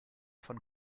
von